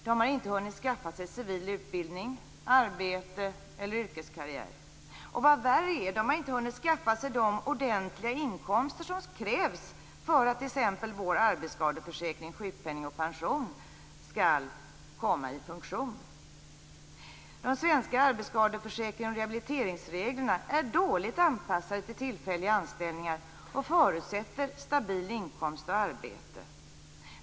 De har inte hunnit skaffa sig civil utbildning, arbete eller yrkeskarriär. Vad värre är - de har inte hunnit skaffa sig de ordentliga inkomster som krävs för att t.ex. vår arbetsskadeförsäkring, sjukpenning och pension skall komma i funktion. De svenska arbetsskadeförsäkrings och rehabiliteringsreglerna är dåligt anpassade till tillfälliga anställningar och förutsätter stabil inkomst och arbete.